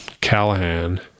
Callahan